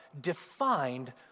defined